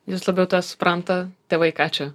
jis labiau tą supranta tėvai ką čia